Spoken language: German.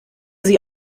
sie